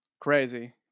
Crazy